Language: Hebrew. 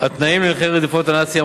התנאים לנכי רדיפות הנאצים,